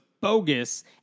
bogus